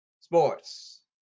sports